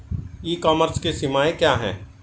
ई commerce की सीमाएं क्या हैं?